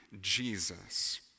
Jesus